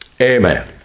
Amen